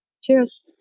Cheers